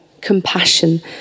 compassion